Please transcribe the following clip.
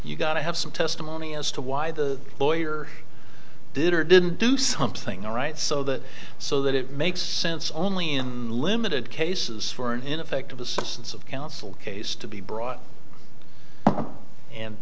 you've got to have some testimony as to why the lawyer did or didn't do something all right so that so that it makes sense only in limited cases for an ineffective assistance of counsel case to be brought and